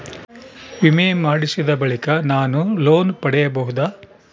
ವಿಮೆ ಮಾಡಿಸಿದ ಬಳಿಕ ನಾನು ಲೋನ್ ಪಡೆಯಬಹುದಾ?